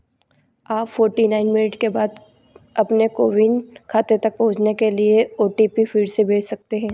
आप forty nine minute के बाद अपने कोविन खाते तक पहुँचने के लिए ओ टी पी फिर से भेज सकते हैं